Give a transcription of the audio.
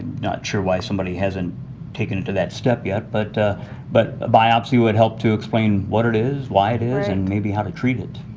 not sure why somebody hasn't taken it to that step yet but but a biopsy would help to explain what it is, why it is and maybe how to treat it.